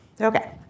Okay